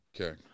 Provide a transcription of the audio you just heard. Okay